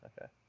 okay